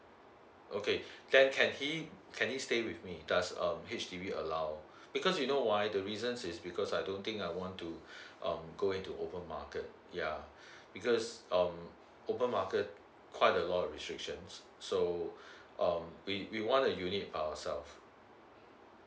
okay can can he can he stay with me does um H_D_B allow uh because you know why the reasons is because I don't think I want to um going to open market yeah because um open market quite a lot of restrictions so um we we want a unit ourselves